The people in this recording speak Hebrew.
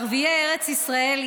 ערביי ארץ ישראל,